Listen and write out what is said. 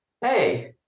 hey